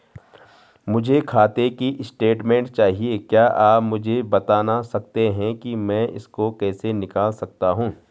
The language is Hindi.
मुझे खाते की स्टेटमेंट चाहिए क्या आप मुझे बताना सकते हैं कि मैं इसको कैसे निकाल सकता हूँ?